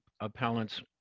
appellants